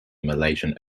malaysian